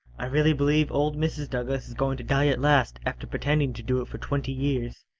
i really believe old mrs. douglas is going to die at last, after pretending to do it for twenty years.